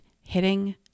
hitting